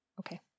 Okay